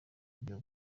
vyo